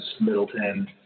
Middleton